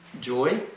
joy